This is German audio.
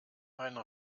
meine